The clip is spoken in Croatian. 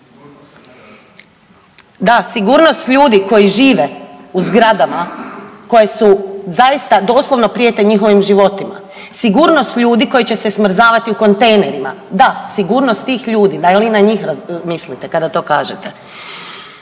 Da, sigurnost ljudi koji žive u zgradama koje su zaista doista prijete njihovim životima, sigurnost ljudi koji će se smrzavati u kontejnerima. Da sigurnost tih ljudi, da li na njih mislite kada to kažete?